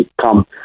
come